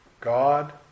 God